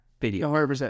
video